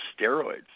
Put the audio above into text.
steroids